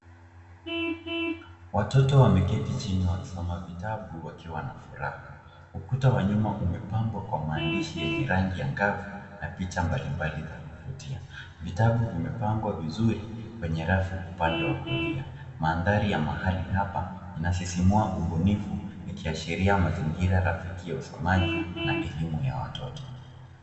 Watoto wameketi chini wakisoma vitabu wakiwa na furaha. Ukuta wa nyuma umepambwa kwa maandishi yenye rangi angavu na picha mbalimbali za kuvutia. Vitabu vimepangwa vizuri kwenye rafu upande wa kulia. Mandhari ya mahali hapa inasisimua ubunifu ikiashiria mazingira rafiki ya usomaji na elimu ya watoto.